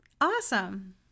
Awesome